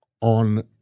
on